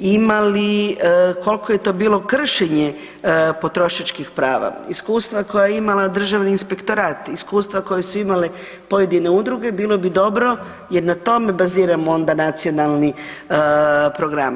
imali kolko je to bilo kršenje potrošačkih prava, iskustva koja je imao državni inspektorat, iskustva koja su imala pojedine udruge bilo bi dobro jer na tome baziramo onda nacionalni program.